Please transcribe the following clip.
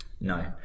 no